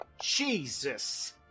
Jesus